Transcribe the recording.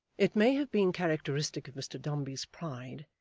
it may have been characteristic of mr dombey's pride,